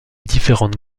différentes